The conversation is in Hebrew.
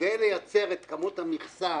כדי לייצר את כמות המכסה